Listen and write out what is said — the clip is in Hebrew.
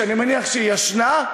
שאני מניח שהיא ישנה,